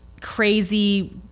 crazy